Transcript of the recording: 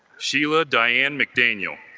sheila diane mcdaniel